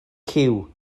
cyw